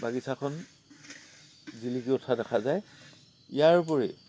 বাগিচাখন জিলিকি উঠা দেখা যায় ইয়াৰ উপৰি